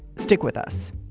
stick with us